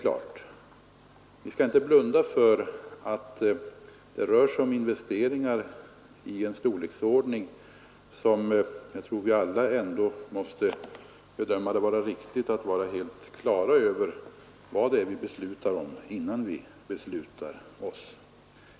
Men vi skall inte blunda för att det rör sig om investeringar av en sådan storleksordning att vi alla ändå måste bedöma det vara riktigt att vara helt klara över vad det är vi beslutar innan vi beslutar oss.